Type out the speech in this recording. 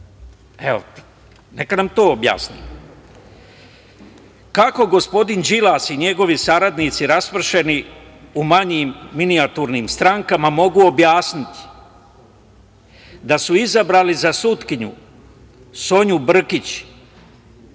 Neka nam to objasni. Kako gospodin Đilas i njegovi saradnici, raspršeni u manjim minijaturnim strankama mogu objasniti da su izabrali za sudkinju Sonju Brkić,